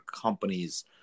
companies